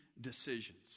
decisions